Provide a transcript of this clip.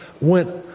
went